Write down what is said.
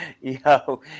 Yo